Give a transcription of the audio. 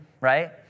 right